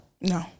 No